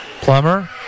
Plummer